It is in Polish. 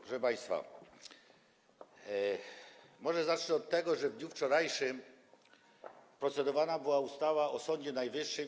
Proszę państwa, może zacznę od tego, że w dniu wczorajszym procedowana była ustawa o Sądzie Najwyższym.